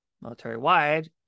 military-wide